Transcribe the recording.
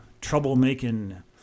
trouble-making